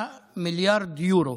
279 מיליארד יורו.